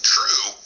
True